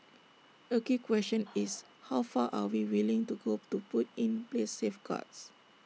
A key question is how far are we willing to go to put in place safeguards